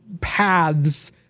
paths